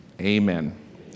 amen